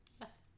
Yes